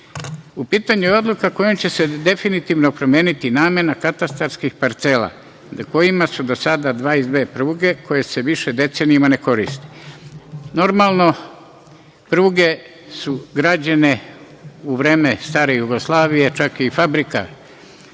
pitanju je odluka kojom će se definitivno promeniti namena katastarskih parcela na kojima su do sada 22 pruge, koje se više decenija ne koriste. Normalno, pruge su građane u vreme stare Jugoslavije, čak je i fabrika